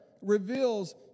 reveals